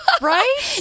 Right